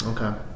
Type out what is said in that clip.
Okay